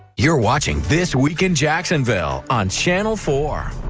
you're watching this week in jacksonville on channel four.